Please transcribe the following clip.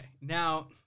Now